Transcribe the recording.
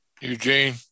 Eugene